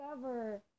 discover